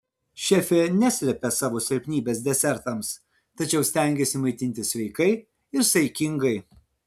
šefė neslepia savo silpnybės desertams tačiau stengiasi maitintis sveikai ir saikingai